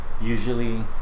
usually